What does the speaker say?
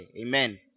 Amen